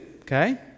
okay